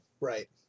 Right